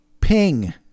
Ping